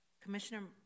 Commissioner